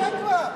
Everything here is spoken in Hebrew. מדברים, די כבר.